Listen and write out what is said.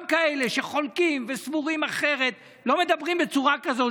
גם כאלה שחולקים וסבורים אחרת לא מדברים בצורה כזאת.